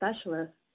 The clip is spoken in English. Specialists